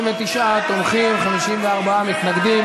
39 תומכים, 54 מתנגדים.